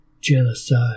genocide